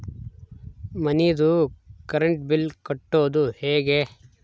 ಮನಿದು current bill ಕಟ್ಟೊದು ಹೇಗೆ?